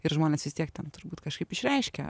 ir žmonės vis tiek ten turbūt kažkaip išreiškia